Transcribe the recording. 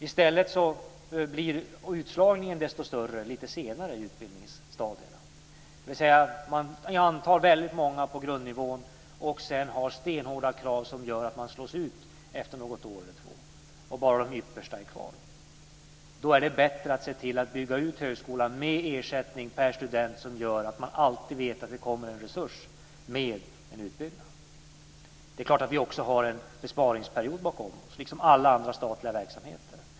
Utslagningen blir då desto större senare i utbildningsstadierna, dvs. att väldigt många antas på grundnivån, att det sedan ställs stenhårda krav som gör att studenter slås ut efter något år eller två och bara de yppersta blir kvar. Då är det bättre att se till att bygga ut högskolan med ersättning per student. Det gör att man alltid vet att det kommer en resurs med en utbyggnad. Vi, liksom alla andra statliga verksamheter, har naturligtvis en besparingsperiod bakom oss.